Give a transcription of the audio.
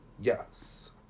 Yes